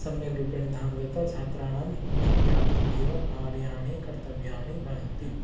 सम्यक् रूपेण ध्यानं दत्वा छात्राणाम् उन्नत्यार्थम् एव कार्याणि कर्तव्यानि भवन्ति